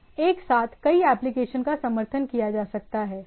एक साथ कई एप्लीकेशन का समर्थन किया जा सकता है राइट